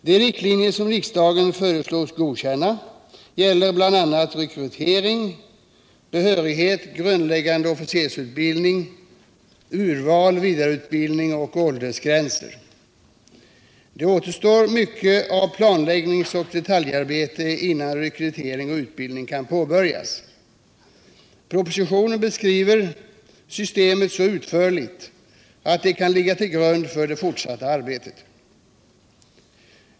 De riktlinjer som riksdagen föreslås godkänna gäller bl.a. rekrytering, behörighet, grund läggande officersutbildning, urval, vidareutbildning och åldersgränser. Det återstår mycket av planläggningsoch detaljarbete innan rekrytering och utbildning kan påbörjas. Propositionen beskriver systemet så utförligt att det kan ligga till grund för det fortsatta arbetet.